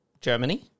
Germany